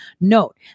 Note